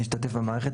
להשתתף במערכת,